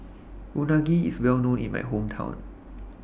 Unagi IS Well known in My Hometown